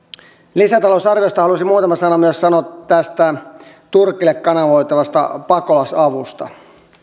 lisätalousarviosta haluaisin muutaman sanan myös sanoa tästä turkille kanavoitavasta pakolaisavusta